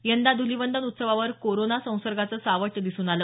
यंदा ध्रलिवंदन उत्सवावर कोरोना संसर्गाचं सावट दिसून आलं